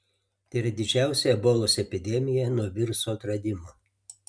tai yra didžiausia ebolos epidemija nuo viruso atradimo